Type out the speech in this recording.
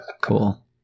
cool